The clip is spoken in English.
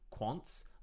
quants